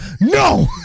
no